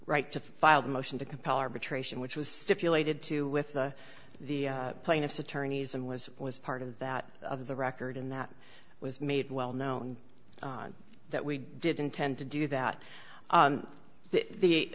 right to file a motion to compel arbitration which was stipulated to with the plaintiff's attorneys and was was part of that of the record in that was made well known that we did intend to do that the the